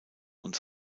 und